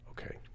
Okay